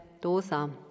dosa